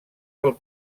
del